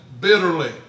bitterly